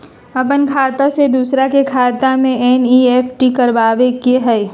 अपन खाते से दूसरा के खाता में एन.ई.एफ.टी करवावे के हई?